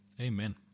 Amen